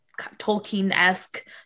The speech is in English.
tolkien-esque